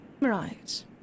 Right